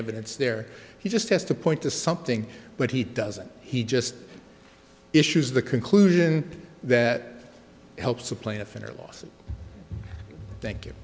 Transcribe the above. evidence there he just has to point to something but he doesn't he just issues the conclusion that helps a plaintiff in a lawsuit thank you